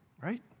right